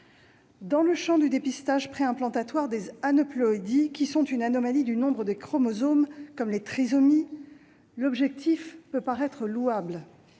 Dans le champ du dépistage préimplantatoire des aneuploïdies, qui sont une anomalie du nombre de chromosomes, comme les trisomies, l'objectif peut paraître louable